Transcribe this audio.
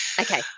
Okay